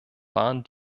waren